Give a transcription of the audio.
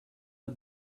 are